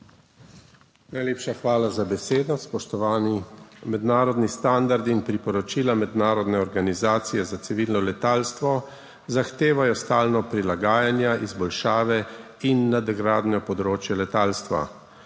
Najlepša hvala za besedo. Spoštovani! Mednarodni standardi in priporočila Mednarodne organizacije civilnega letalstva zahtevajo stalno prilagajanje, izboljšave in nadgradnjo področja letalstva.